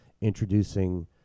introducing